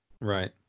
right